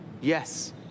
Yes